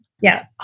Yes